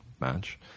match